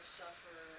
suffer